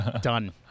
Done